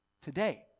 today